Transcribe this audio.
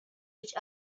each